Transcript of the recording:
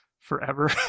Forever